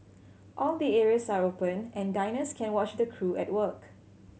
all the areas are open and diners can watch the crew at work